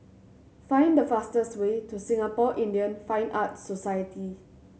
find the fastest way to Singapore Indian Fine Arts Society